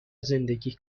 زندگی